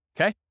Okay